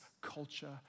culture